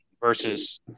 versus